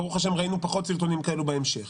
ברוך השם, ראינו פחות סרטונים כאלו בהמשך.